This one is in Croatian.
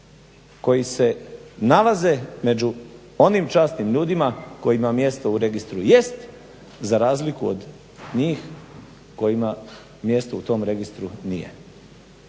koji se nalaze među onim časnim ljudima kojima mjesto u registru jest za razliku od njih kojima mjesto u tom registru nije.